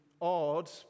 odd